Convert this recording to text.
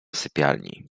sypialni